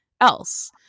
else